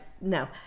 No